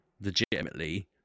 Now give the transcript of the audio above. legitimately